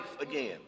again